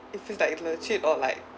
if it's like legit or like